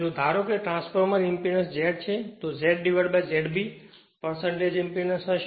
જો ધારો કે ટ્રાન્સફોર્મર ઇંપેડન્સ Z છે તો ZZ B ઇંપેડન્સ હશે